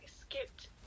skipped